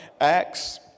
Acts